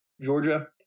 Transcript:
Georgia